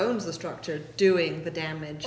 owns the structure doing the damage